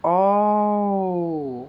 oh